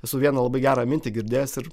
esu vieną labai gerą mintį girdėjęs ir